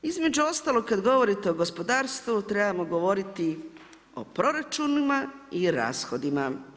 Između ostalog kada govorite o gospodarstvu trebamo govoriti o proračunima i rashodima.